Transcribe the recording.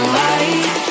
light